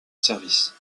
service